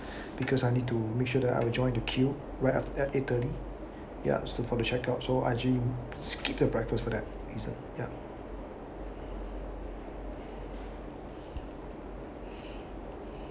because I need to make sure that I'll joined the queue right up at eight thirty ya for the checkout so I actually skipped the breakfast for that reason ya